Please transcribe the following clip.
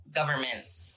government's